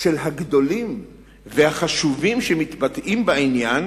של הגדולים והחשובים שמתבטאים בעניין,